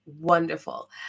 wonderful